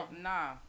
Nah